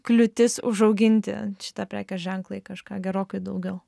kliūtis užauginti šitą prekės ženklą į kažką gerokai daugiau